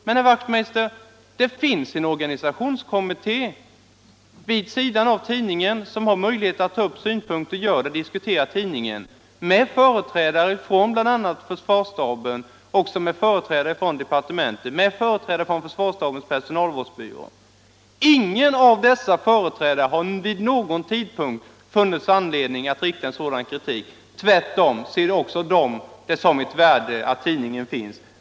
Men, herr Wachtmeister, det finns en organisationskommitté vid sidan av tidningen som har möjlighet att ta upp synpunkter, som gör det och diskuterar tidningen, med företrädare bl.a. för försvarsstaben, försvarsstabens personalvårdsbyrå och även med företrädare för departementet. Ingen av dessa företrädare har vid någon tidpunkt funnit anledning att rikta sådan kritik. Tvärtom ser de det som ett värde att tidningen finns.